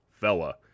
fella